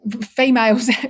females